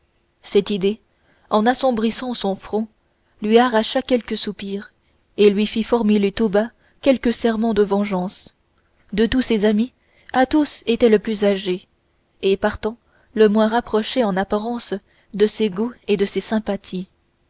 cette idée en assombrissant son front lui arracha quelques soupirs et lui fit formuler tout bas quelques serments de vengeance de tous ses amis athos était le plus âgé et partant le moins rapproché en apparence de ses goûts et de ses sympathies